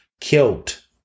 killed